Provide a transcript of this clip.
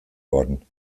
worden